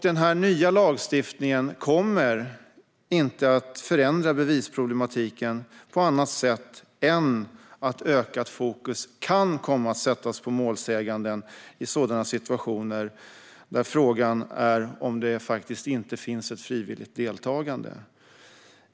Den nya lagstiftningen kommer inte att förändra bevisproblematiken på annat sätt än att ökat fokus kan komma att sättas på målsäganden i sådana situationer där frågan är om det faktiskt inte finns ett frivilligt deltagande.